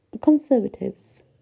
conservatives